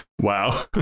Wow